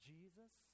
Jesus